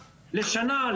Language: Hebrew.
לשנה,